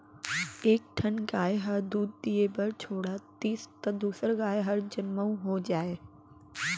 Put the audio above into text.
एक ठन गाय ह दूद दिये बर छोड़ातिस त दूसर गाय हर जनमउ हो जाए